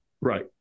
Right